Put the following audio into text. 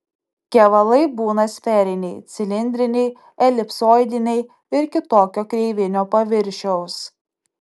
kevalai būna sferiniai cilindriniai elipsoidiniai ir kitokio kreivinio paviršiaus